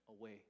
away